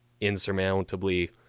insurmountably